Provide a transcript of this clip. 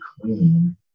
clean